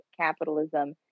capitalism